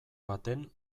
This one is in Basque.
baten